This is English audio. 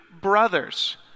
brothers